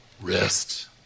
rest